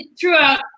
throughout